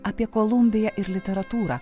apie kolumbiją ir literatūrą